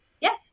Yes